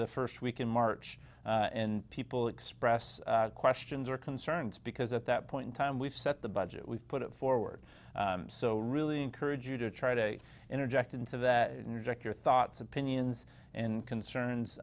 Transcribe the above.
the first week in march and people express questions or concerns because at that point in time we've set the budget we've put forward so really encourage you to try to interject into that inject your thoughts opinions and concerns